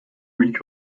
weak